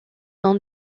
dans